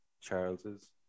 Charles's